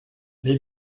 les